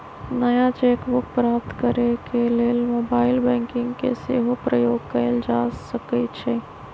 नया cheque book प्राप्त करेके लेल मोबाइल बैंकिंग के सेहो प्रयोग कएल जा सकइ छइ